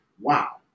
wow